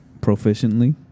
Proficiently